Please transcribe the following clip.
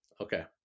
Okay